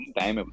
time